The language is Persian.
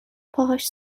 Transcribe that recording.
پاهاش